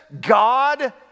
God